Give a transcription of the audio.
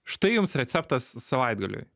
štai jums receptas savaitgaliui